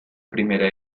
primera